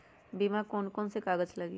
बीमा में कौन कौन से कागज लगी?